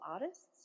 artists